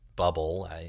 bubble